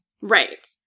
right